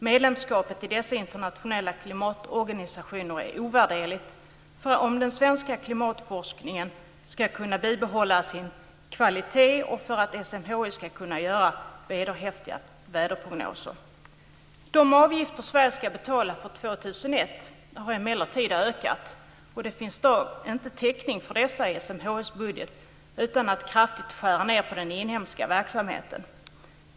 Medlemskapet i dessa internationella klimatorganisationer är ovärderligt för att den svenska klimatforskningen ska kunna behålla sin kvalitet och för att SMHI ska kunna göra vederhäftiga väderprognoser. De avgifter som Sverige ska betala för år 2001 har emellertid ökat, och det finns i dag inte teckning för dessa i SMHI:s budget utan att man kraftigt skär ned på den inhemska verksamheten.